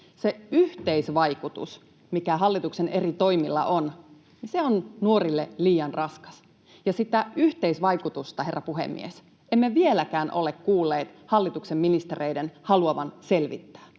Se yhteisvaikutus, mikä hallituksen eri toimilla on, on nuorille liian raskas, ja sitä yhteisvaikutusta, herra puhemies, emme vieläkään ole kuulleet hallituksen ministereiden haluavan selvittää.